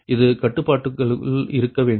இது கட்டுப்பாடுகளுக்குள் இருக்க வேண்டும்